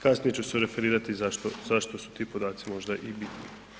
Kasnije ću se referirati zašto su ti podaci možda i bitni.